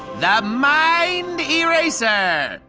the mind eraser.